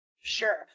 Sure